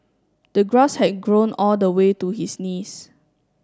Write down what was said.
the grass had grown all the way to his knees